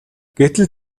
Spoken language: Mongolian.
гэтэл